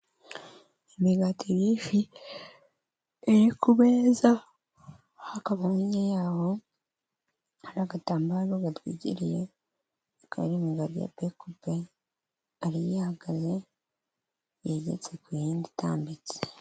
Imigati myinshi iri ku meza hakaba hirya yayo, hari agatambaro gatwikiriye. Ikaba ari imigati ya penkupe, hari ihagaze yegetse ku yindi itambitse.